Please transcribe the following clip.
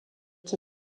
qui